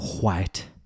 white